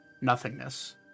nothingness